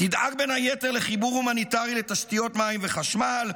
תדאג בין היתר לחיבור הומניטרי לתשתיות מים וחשמל,